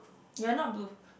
you're not blue